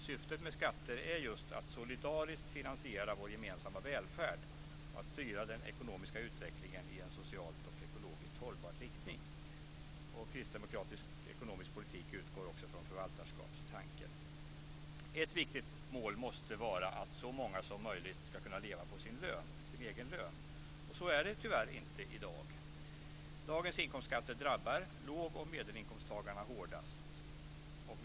Syftet med skatter är just att solidariskt finansiera vår gemensamma välfärd och att styra den ekonomiska utvecklingen i en socialt och ekologiskt hållbar riktning. Kristdemokratisk ekonomisk politik utgår också från förvaltarskapstanken. Ett viktigt mål måste vara att så många som möjligt ska kunna leva på sin egen lön. Så är det tyvärr inte i dag. Dagens inkomstskatter drabbar låg och medelinkomsttagarna hårdast.